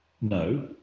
no